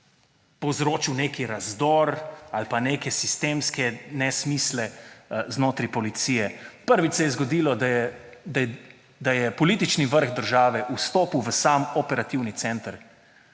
povzročil nekega razdora ali pa nekih sistemskih nesmislov znotraj policije. Prvič se je zgodilo, da je politični vrh države vstopil v sam operativni center